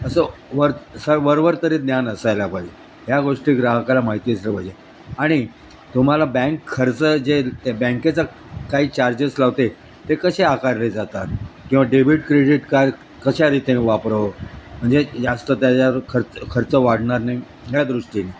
असं वर सर वरवर तरी ज्ञान असायला पाहिजे ह्या गोष्टी ग्राहकाला माहिती असलं पाहिजे आणि तुम्हाला बँक खर्च जे त्या बँकेचा काही चार्जेस लावते ते कसे आकारले जातात किंवा डेबिट क्रेडीट कार्ड कशा रीतीनं वापरावं म्हणजे जास्त त्याच्यावर खर्च खर्च वाढणार नाही ह्या दृष्टीने